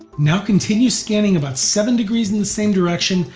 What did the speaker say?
now continue scanning about seven degrees in the same direction,